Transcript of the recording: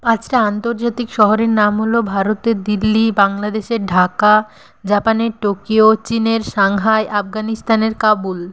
পাঁচটা আন্তর্জাতিক শহরের নাম হলো ভারতের দিল্লি বাংলাদেশের ঢাকা জাপানের টোকিও চীনের সাংহাই আফগানিস্তানের কাবুল